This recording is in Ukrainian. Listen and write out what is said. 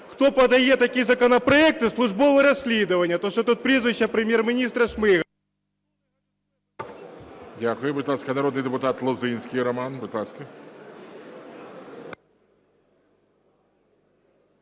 хто подає такі законопроекти, службове розслідування, тому що тут прізвище Прем’єр-міністра Шмигаля… ГОЛОВУЮЧИЙ. Дякую. Будь ласка, народний депутат Лозинський Роман. Будь ласка.